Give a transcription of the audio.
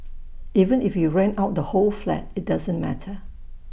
even if you rent out the whole flat IT doesn't matter